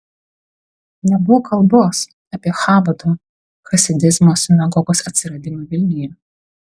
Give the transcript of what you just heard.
nebuvo kalbos apie chabado chasidizmo sinagogos atsiradimą vilniuje